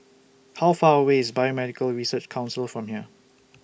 How Far away IS Biomedical Research Council from here